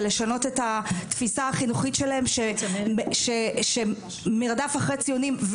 ולשנות את התפיסה החינוכית שלהם שמרדף אחרי ציונים,